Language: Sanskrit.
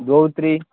द्वौ त्रि